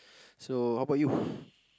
so how about you